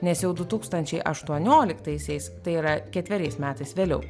nes jau du tūkstančiai aštuonioliktaisiais tai yra ketveriais metais vėliau